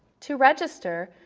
to register,